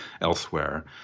elsewhere